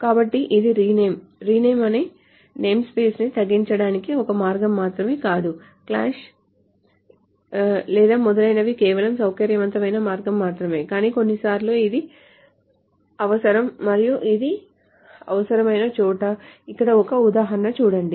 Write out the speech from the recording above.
కాబట్టి ఇది rename rename అనేది నేమ్స్పేస్ని తగ్గించడానికి ఒక మార్గం మాత్రమే కాదు క్లాష్ లేదా మొదలైనవి కేవలం సౌకర్యవంతమైన మార్గం మాత్రమే కాదు కొన్నిసార్లు ఇది అవసరం మరియు ఇది అవసరమైన చోట ఇక్కడ ఒక ఉదాహరణ చుడండి